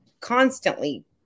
constantly